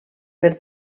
per